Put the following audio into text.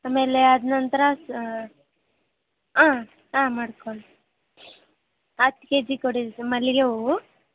ಆಮೇಲೆ ಅದು ನಂತರ ಸಹ ಹಾಂ ಮಾಡಿಕೊಳ್ಳಿ ಹತ್ತು ಕೆ ಜಿ ಕೊಡಿ ಮಲ್ಲಿಗೆ ಹೂವು